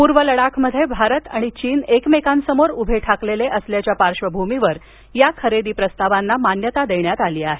पूर्व लडाखमध्ये भारत आणि चीन एकमेकांसमोर उभे ठाकलेले असल्याच्या पार्श्वभूमीवर या खरेदी प्रस्तावांना मान्यता देण्यात आली आहे